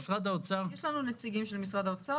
יש לנו נציגים של משרד האוצר.